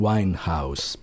Winehouse